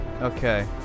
Okay